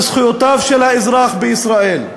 בזכויותיו של האזרח בישראל.